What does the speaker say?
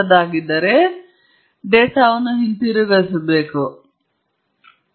ನಂತರ ಮತ್ತೆ ಥರ್ಮಾಮೀಟರ್ ತೆಗೆದುಕೊಳ್ಳಿ ನಂತರ ಅದನ್ನು ದೇಹದ ಅದೇ ಭಾಗದಲ್ಲಿ ಇರಿಸಿ ಮತ್ತು ಓದುವಿಕೆಯನ್ನು ತೆಗೆದುಕೊಳ್ಳಿ